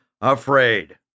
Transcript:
afraid